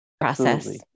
Process